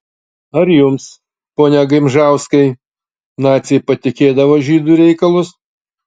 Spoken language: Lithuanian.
ar jums pone gimžauskai naciai patikėdavo žydų reikalus